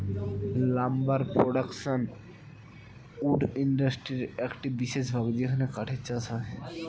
lumber production wood ইন্ডাস্ট্রির একটি বিশেষ ভাগ যেখানে কাঠের চাষ হয়